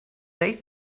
they